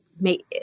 make